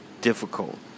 difficult